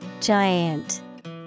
Giant